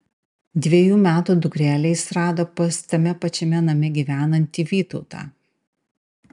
dvejų metų dukrelę jis rado pas tame pačiame name gyvenantį vytautą